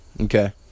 Okay